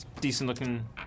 decent-looking